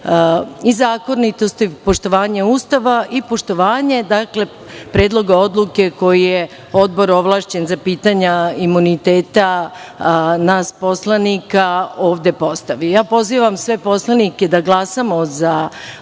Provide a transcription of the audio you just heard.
i zakonitosti, poštovanje Ustava i poštovanje predloga odluke koji je odbor ovlašćen za pitanja imuniteta nas poslanika ovde postavio. Pozivam sve poslanike da glasamo za